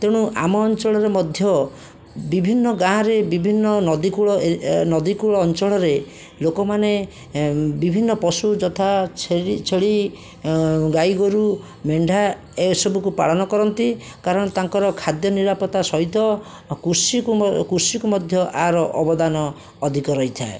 ତେଣୁ ଆମ ଅଞ୍ଚଳରେ ମଧ୍ୟ ବିଭିନ୍ନ ଗାଁରେ ବିଭିନ୍ନ ନଦୀକୂଳ ନଦୀକୂଳ ଅଞ୍ଚଳରେ ଲୋକମାନେ ବିଭିନ୍ନ ପଶୁ ଯଥା ଛେଳି ଗାଈଗୋରୁ ମେଣ୍ଢା ଏସବୁକୁ ପାଳନ କରନ୍ତି କାରଣ ତାଙ୍କର ଖାଦ୍ୟ ନିରାପତ୍ତା ସହିତ କୃଷିକୁ କୃଷିକୁ ମଧ୍ୟ ଆର ଅବଦାନ ଅଧିକ ରହିଥାଏ